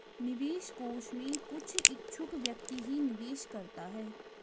निवेश कोष में कुछ इच्छुक व्यक्ति ही निवेश करता है